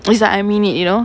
it's like I mean it you know